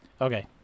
Okay